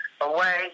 away